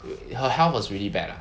her health was really bad lah